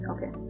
Okay